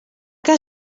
que